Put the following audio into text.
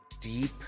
deep